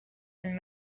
and